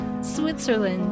Switzerland